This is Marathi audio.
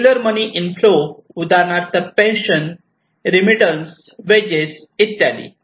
रेगुलर मनी फ्लो इंफ्लो उदाहरणार्थ पेन्शन रेमित्तन्स वेजेस इत्यादी